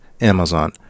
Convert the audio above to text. Amazon